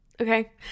Okay